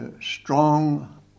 strong